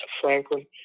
Franklin